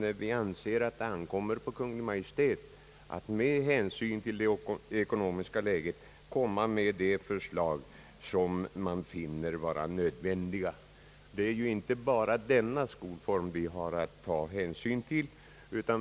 Det bör ankomma på Kungl. Maj:t att med hänsyn till det ekonomiska läget framlägga de förslag som man finner nödvändiga. Det är inte bara denna skolform vi har att ta hänsyn till.